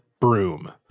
broom